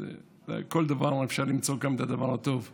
אז בכל דבר אפשר למצוא גם את הדבר הטוב שבו.